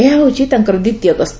ଏହା ହେଉଛି ତାଙ୍କର ଦିବତୀୟ ଗସ୍ତ